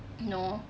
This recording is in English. no